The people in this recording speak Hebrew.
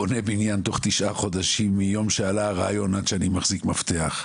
בונה בניין תוך תשעה חודשים מהיום שעלה הרעיון עד שאני מחזיק מפתח.